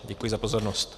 Děkuji za pozornost.